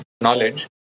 knowledge